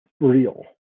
Real